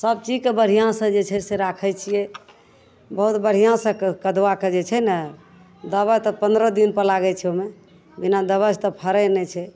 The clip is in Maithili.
सबचीजके बढ़िआँसे जे छै से राखै छिए बहुत बढ़िआँसे कदुआके जे छै ने दवा तऽ पनरह दिनपर लागै छै ओहिमे बिना दवाइसे तऽ फड़ै नहि छै